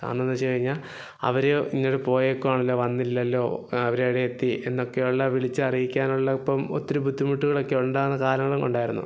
കാരണമെന്നു വച്ചുകഴിഞ്ഞാല് അവര് ഇങ്ങനെ പോയേക്കുവാണല്ലോ വന്നില്ലല്ലോ അവരെവിടെ എത്തി എന്നൊക്കെയുള്ള വിളിച്ചറിയിക്കാനുള്ള ഇപ്പം ഒത്തിരി ബുദ്ധിമുട്ടുകളൊക്കെ ഉണ്ടാവുന്ന കാലങ്ങളും ഉണ്ടായിരുന്നു